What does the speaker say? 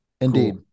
Indeed